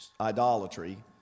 idolatry